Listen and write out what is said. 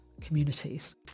communities